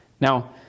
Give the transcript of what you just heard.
Now